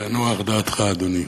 תנוח דעתך, אדוני.